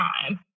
time